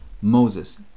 Moses